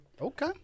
Okay